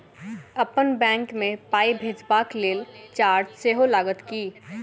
अप्पन बैंक मे पाई भेजबाक लेल चार्ज सेहो लागत की?